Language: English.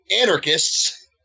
anarchists